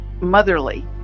motherly